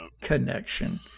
connection